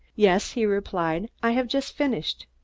yes, he replied. i have just finished.